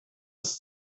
ist